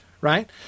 right